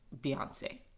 Beyonce